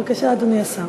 בבקשה, אדוני השר.